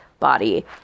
body